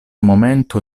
momento